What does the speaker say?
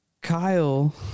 Kyle